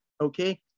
Okay